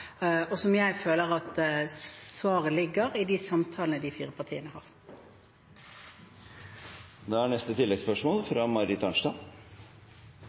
og der jeg føler at svaret ligger i de samtalene de fire partiene har. Marit Arnstad – til oppfølgingsspørsmål. Vi er